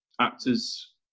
actors